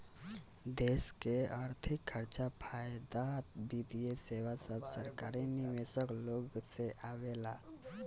देश के अर्थिक खर्चा, फायदा, वित्तीय सेवा सब सरकारी निवेशक लोग से आवेला